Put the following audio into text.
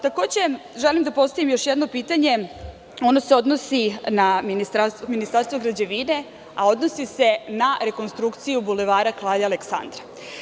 Takođe, želim da postavim još jedno pitanje koje se odnosi na Ministarstvo građevine, a odnosi se na rekonstrukciju Bulevara kralja Aleksandra.